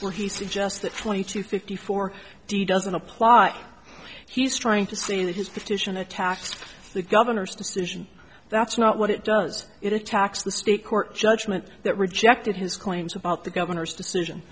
where he suggests that twenty to fifty four d doesn't apply he's trying to say that his petition attacked the governor's decision that's not what it does it attacks the state court judgment that rejected his claims about the governor's decision